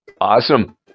awesome